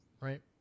Right